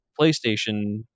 PlayStation